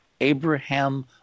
Abraham